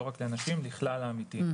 לא רק לנשים אלא לכלל העמיתים.